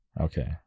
Okay